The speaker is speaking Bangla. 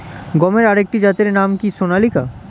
গমের আরেকটি জাতের নাম কি সোনালিকা?